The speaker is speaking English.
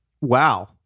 Wow